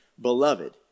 Beloved